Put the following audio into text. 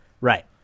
right